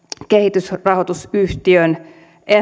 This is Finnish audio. kehitysrahoitusyhtiön